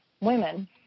women